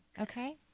Okay